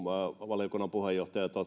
valiokunnan puheenjohtaja